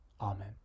Amen